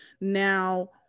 Now